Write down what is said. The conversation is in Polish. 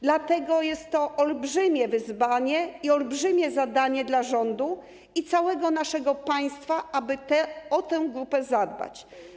Dlatego jest to olbrzymie wyzwanie i olbrzymie zadanie dla rządu i całego naszego państwa, aby o tę grupę zadbać.